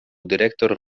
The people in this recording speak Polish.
dyrektor